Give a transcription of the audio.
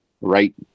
right